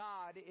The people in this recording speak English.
God